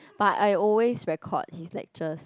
but I always record his lectures